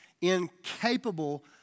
incapable